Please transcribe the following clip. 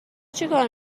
چیکار